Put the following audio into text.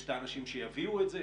שיש את האנשים שיביאו את זה,